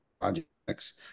projects